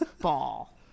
Ball